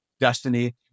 destiny